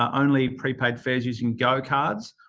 um only prepaid fares using go cards,